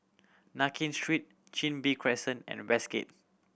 Nankin Street Chin Bee Crescent and Westgate